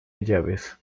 llaves